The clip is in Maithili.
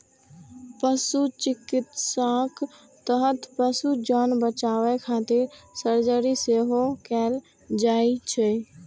पशु चिकित्साक तहत पशुक जान बचाबै खातिर सर्जरी सेहो कैल जाइ छै